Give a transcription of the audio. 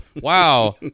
wow